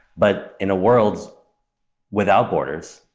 but in a world without borders,